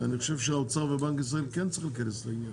אני חושב שהאוצר ובנק ישראל כן צריכים להיכנס לעניין